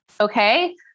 Okay